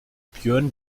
björn